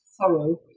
thorough